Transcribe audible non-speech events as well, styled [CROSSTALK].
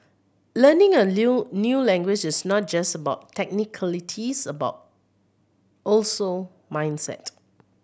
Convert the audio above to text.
learning a [UNINTELLIGIBLE] new language is not just about technicalities about also mindset